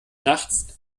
nachts